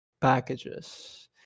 packages